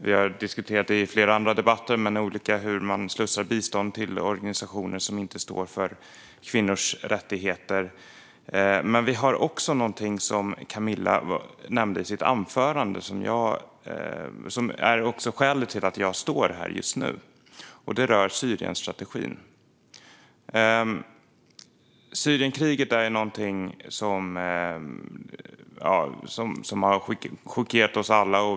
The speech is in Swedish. Vi har diskuterat i flera andra debatter att man slussar bistånd till organisationer som inte står för kvinnors rättigheter. Camilla nämnde någonting i sitt anförande som är skälet till att jag står här just nu. Det rör Syrienstrategin. Syrienkriget har chockerat oss alla.